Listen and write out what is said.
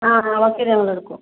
അഹ് okay ഞങ്ങളെടുക്കും